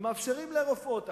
מאפשרים לרופאות.